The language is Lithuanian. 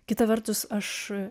kita vertus aš